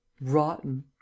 Rotten